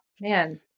man